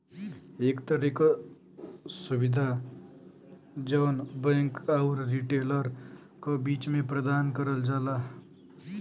एक तरे क सुविधा जौन बैंक आउर रिटेलर क बीच में प्रदान करल जाला